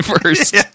first